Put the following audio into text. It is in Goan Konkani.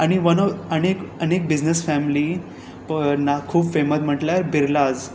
आनी वन ऑर आनी आनी एक बिजनस फॅम्ली प नाग खूब फेमस म्हणल्यार बिर्लाज